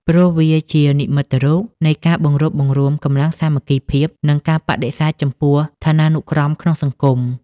ព្រោះវាជានិមិត្តរូបនៃការបង្រួបបង្រួមកម្លាំងសាមគ្គីភាព និងការបដិសេធចំពោះឋានានុក្រមក្នុងសង្គម។